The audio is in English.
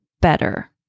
better